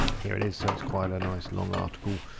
here it is. so it's quite a nice, long article.